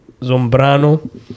Zombrano